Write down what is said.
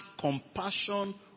compassion